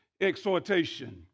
exhortation